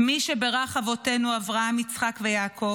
"מי שבירך אבותינו אברהם יצחק ויעקב,